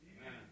Amen